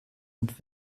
und